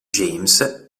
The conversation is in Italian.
james